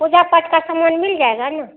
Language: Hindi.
पूजा पाठ का समान मिल जाएगा ना